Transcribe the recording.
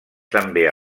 també